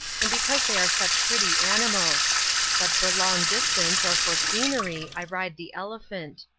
and because they are such pretty animals but for long distance or for scenery i ride the elephant.